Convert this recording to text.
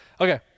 Okay